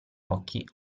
occhi